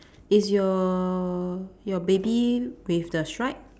is your your baby with the strap